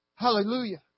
Hallelujah